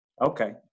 Okay